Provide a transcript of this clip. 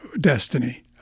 destiny